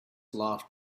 laughed